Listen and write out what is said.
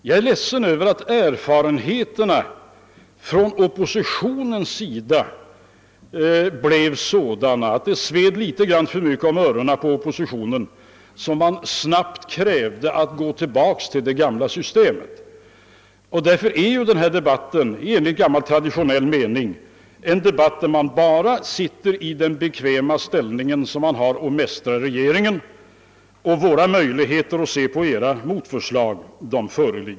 Jag är ledsen över att erfarenheterna för oppositionens del blev sådana — det sved litet för mycket om öronen på oppositionen — att man snabbt krävde att vi skulle återgå till det gamla systemet. Därför intar oppositionen i denna debatt den bekväma ställningen att den kan mästra regeringen, medan det inte föreligger några möjligheter för oss att granska era motförslag.